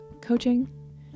coaching